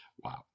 wow